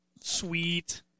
Sweet